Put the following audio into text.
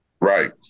Right